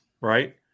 right